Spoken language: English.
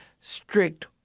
strict